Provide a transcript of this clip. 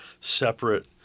separate